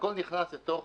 והכול נכנס לתוך